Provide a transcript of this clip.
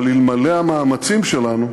אבל אלמלא המאמצים שלנו,